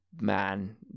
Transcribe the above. man